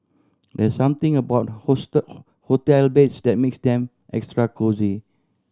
there's something about hotel beds that makes them extra cosy